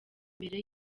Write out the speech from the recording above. mbere